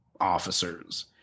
officers